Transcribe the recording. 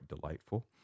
delightful